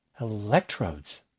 Electrodes